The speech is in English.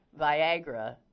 Viagra